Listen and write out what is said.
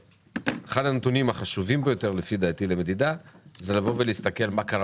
אחד הנתונים החשובים ביותר לפי דעתי למדידה זה לבוא ולהסתכל מה קרה